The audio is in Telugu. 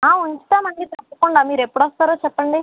ఉంచుతామండి తప్పకుండా మీరు ఎప్పుడు వస్తారో చెప్పండి